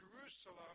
Jerusalem